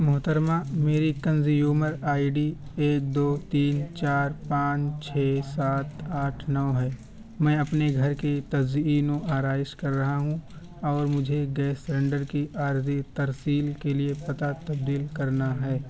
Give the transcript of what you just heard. محترمہ میری consumer I D ایک دو تین چار پانچ چھ سات آٹھ نو ہے میں اپنے گھر کے تزئین و آرائش کر رہا ہوں اور مجھے گیس سلنڈر کی عارضی ترسیل کے لیے پتہ تبدیل کرنا ہے